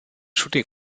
shooting